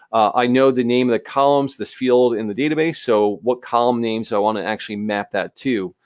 i know the name of the columns, this field in the database, so what column names i wanna actually map that to.